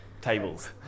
tables